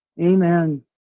Amen